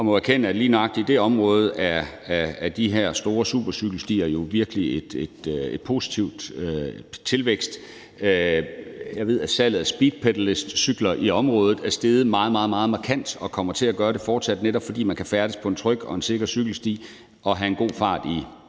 jeg må erkende, at netop lige nøjagtig i det område er de her store supercykelstier virkelig i positiv tilvækst. Jeg ved, at salget af speed pedelec-cykler i området er steget meget, meget markant og kommer til at gøre det fortsat, netop fordi man kan færdes på en tryg og en sikker cykelsti og have en god fart i